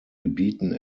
gebieten